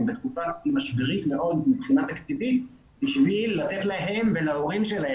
- התקופה היא משברית מאוד מבחינה תקציבית כדי לתת להם ולהורים שלהם,